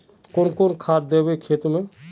कौन कौन खाद देवे खेत में?